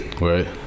Right